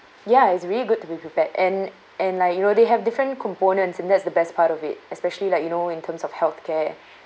ya it's really good to be prepared and and like you know they have different components and that's the best part of it especially like you know in terms of healthcare